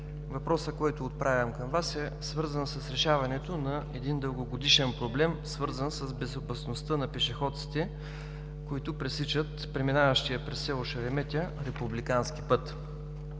Въпросът, който отправям към Вас е свързан с решаването на един дългогодишен проблем, свързан с безопасността на пешеходците, които пресичат преминаващия през село Шереметя републикански път.